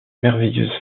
merveilleuse